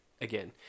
again